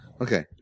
Okay